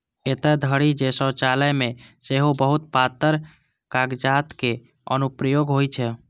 एतय धरि जे शौचालय मे सेहो बहुत पातर कागतक अनुप्रयोग होइ छै